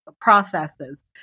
processes